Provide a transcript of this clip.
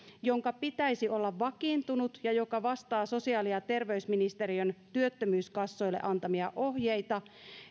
jonka pitäisi olla vakiintunut ja joka vastaa sosiaali ja terveysministeriön työttömyyskassoille antamia ohjeita